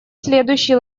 следующий